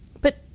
But-